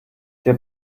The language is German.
der